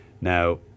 Now